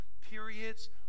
periods